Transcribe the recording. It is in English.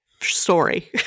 story